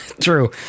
true